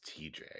tj